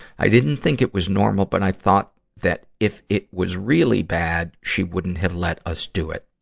i didn't think it was normal, but i thought that if it was really bad, she wouldn't have let us do it.